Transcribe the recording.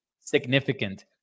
significant